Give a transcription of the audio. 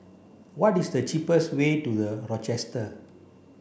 what is the cheapest way to The Rochester